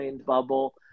bubble